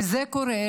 וזה קורה,